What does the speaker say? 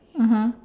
mmhmm